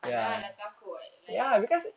ya ah takut what like